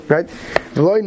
Right